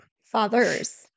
Fathers